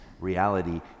reality